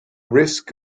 risk